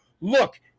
look